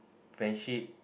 friendship